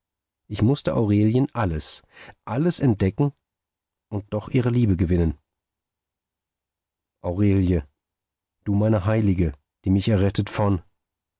ich mußte aurelien alles alles entdecken und doch ihre liebe gewinnen aurelie du meine heilige die mich rettet von